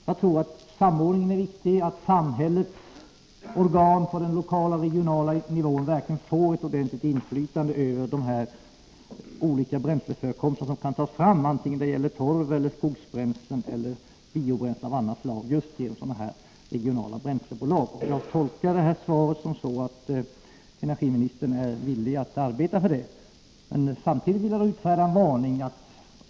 Jag tror att det är viktigt med samordning, att samhällets organ på lokal och regional nivå får ett ordentligt inflytande över de olika bränsleförekomster — oavsett om det gäller torv, skogsbränsle eller biobränsle av annat slag — som kan tas fram just genom sådana här bränslebolag. Jag tolkar svaret så att energiministern är villig att arbeta för detta. Men samtidigt vill jag utfärda en varning.